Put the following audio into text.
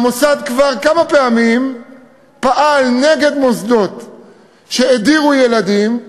המשרד כבר כמה פעמים פעל נגד מוסדות שהדירו ילדים.